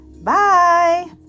Bye